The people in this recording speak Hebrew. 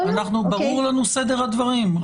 ברור לנו סדר הדברים,